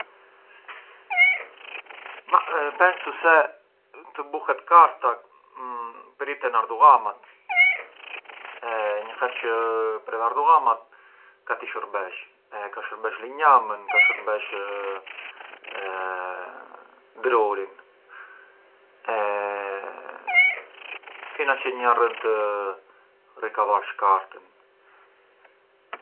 Ma pensu se të bunet karta, priten ardullamat e një herë çë preve ardullamat ka t’i shurbesh, e ka shurbesh linjamën, ka shurbesh drurin, e fina çë ngë jarrën të rikavarsh kartën.